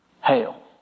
Hell